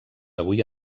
avui